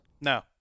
No